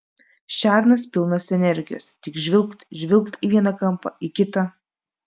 šernas pilnas energijos tik žvilgt žvilgt į vieną kampą į kitą